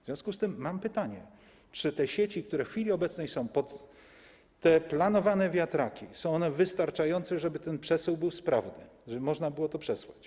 W związku z tym mam pytanie: Czy sieci, które są w chwili obecnej, planowane wiatraki, są wystarczające, żeby ten przesył był sprawny, żeby można było to przesłać?